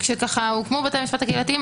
כשהוקמו בתי המשפט הקהילתיים,